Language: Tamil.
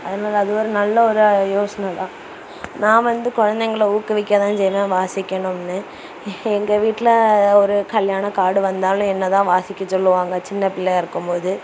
அதனால அது ஒரு நல்ல ஒரு யோசனைதான் நான் வந்து குலந்தைங்கள ஊக்குவிக்க தான் செய்வேன் வாசிக்கணும்னு எங்கள் வீட்டில ஒரு கல்யாணம் கார்டு வந்தாலும் என்னதான் வாசிக்க சொல்லுவாங்கள் சின்னப்பிள்ளையாக இருக்கும்போது